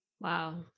Wow